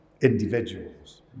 individuals